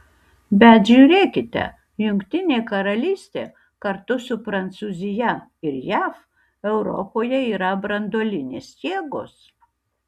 bet žiūrėkite jungtinė karalystė kartu su prancūzija ir jav europoje yra branduolinės jėgos